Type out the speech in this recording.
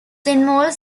involves